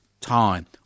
time